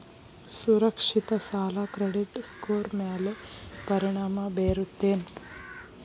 ಸುರಕ್ಷಿತ ಸಾಲ credit score ಮ್ಯಾಲೆ ಪರಿಣಾಮ ಬೇರುತ್ತೇನ್